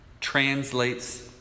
translates